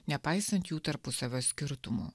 nepaisant jų tarpusavio skirtumų